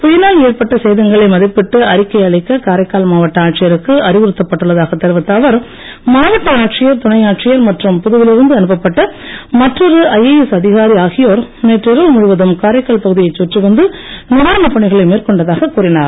புயலால் ஏற்பட்ட சேதங்களை மதிப்பிட்டு அறிக்கை அளிக்க காரைக்கால் மாவட்ட ஆட்சியருக்கு அறிவுறுத்தப் பட்டுள்ளதாகத் தெரிவித்த அவர் மாவட்ட ஆட்சியர் துணை ஆட்சியர் மற்றும் புதுவையில் இருந்து அனுப்பப்பட்ட மற்றொரு ஐஏஎஸ் அதிகாரி ஆகியோர் நேற்று இரவு முழுவதும் காரைக்கால் பகுதியைச் சுற்றிவந்து நிவாரணப் பணிகளை மேற்கொண்டதாகக் கூறினார்